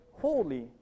holy